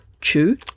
Chew